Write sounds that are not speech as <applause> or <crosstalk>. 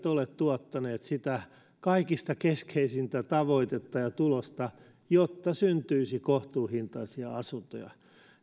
<unintelligible> ole tuottaneet sitä kaikista keskeisintä tavoitetta ja tulosta että syntyisi kohtuuhintaisia asuntoja